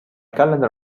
calendar